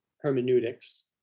hermeneutics